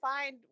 find